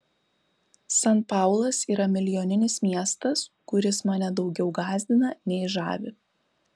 san paulas yra milijoninis miestas kuris mane daugiau gąsdina nei žavi